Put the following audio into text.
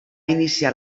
iniciar